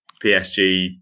PSG